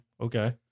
Okay